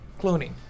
Cloning